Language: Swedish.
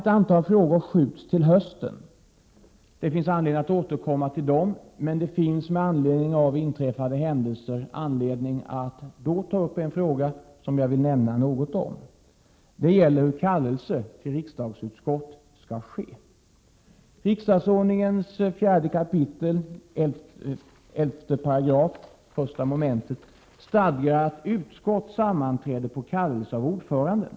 Ett antal frågor skjuts till hösten. Det finns anledning att återkomma till dessa. Det finns på grund av inträffade händelser anledning att ta upp en fråga, som jag här vill nämna något om. Det gäller hur kallelse till riksdagsutskott skall ske. Riksdagsordningen 4 kap. 11 § I mom. stadgar att utskott sammanträder på kallelse av ordföranden.